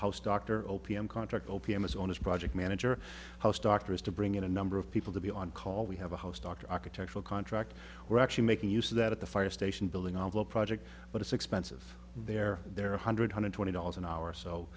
house doctor o p m contract o p m is on his project manager house doctors to bring in a number of people to be on call we have a house doctor architectural contract we're actually making use of that at the fire station building although project but it's expensive there there are one hundred hundred twenty dollars an hour